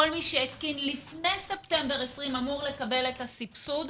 כל מי שהתקין לפני ספטמבר 2020 אמור לקבל את הסבסוד,